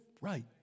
right